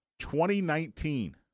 2019